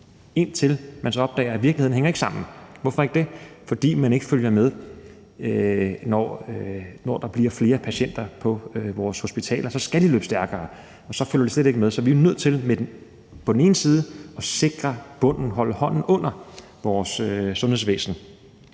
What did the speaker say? indtil man så opdager, at virkeligheden ikke hænger sammen. Hvorfor ikke det? Fordi man ikke følger med, når der bliver flere patienter på vores hospitaler. For så skal de løbe stærkere, og så følger man slet ikke med. Så vi er nødt til at sikre bunden og holde hånden under vores sundhedsvæsen,